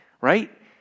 right